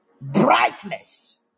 brightness